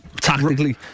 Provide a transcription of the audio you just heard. tactically